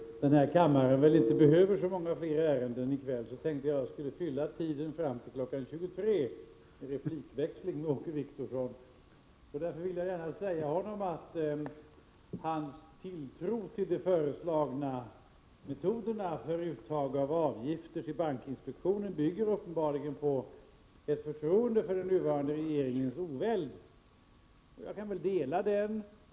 Herr talman! Eftersom kammaren väl inte behöver behandla så många fler ärenden i kväll tänkte jag fylla tiden fram till kl. 23 med replikväxling med Åke Wictorsson. Jag vill gärna säga honom att hans tilltro till de föreslagna metoderna för uttag av avgifter till bankinspektionen uppenbarligen bygger på ett förtroende för den nuvarande regeringens oväld. Jag kan väl dela den uppfattningen.